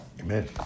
amen